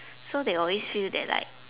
so they always feel that like